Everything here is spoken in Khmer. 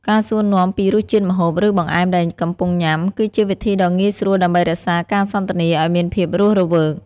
ការសួរនាំពីរសជាតិម្ហូប ឬបង្អែមដែលកំពុងញ៉ាំ គឺជាវិធីដ៏ងាយស្រួលដើម្បីរក្សាការសន្ទនាឱ្យមានភាពរស់រវើក។